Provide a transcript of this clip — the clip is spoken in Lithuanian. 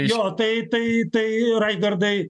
jo tai tai tai raigardai